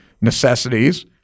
necessities